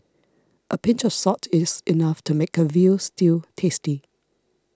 a pinch of salt is enough to make a Veal Stew tasty